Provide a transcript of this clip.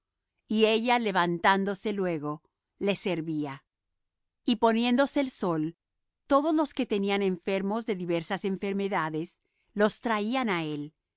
y ella levantándose luego les servía y poniéndose el sol todos los que tenían enfermos de diversas enfermedades los traían á él